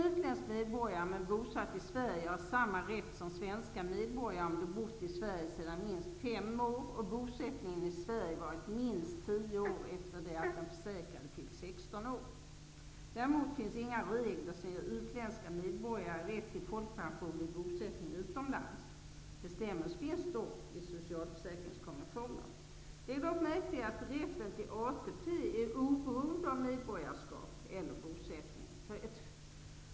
Utländsk medborgare som är bosatt i Sverige har samma rätt som svenska medborgare om han bott i Sverige sedan minst fem år och bosättningen i Sverige varit minst tio år efter det att den försäkrade fyllt 16 år. Däremot finns inga regler som ger utländska medborgare rätt till folkpension vid bosättning utomlands. Bestämmelser finns dock i socialförsäkringskonventioner. Lägg dock märke till att rätten till ATP är oberoende av medborgarskap eller bosättning.